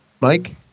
Mike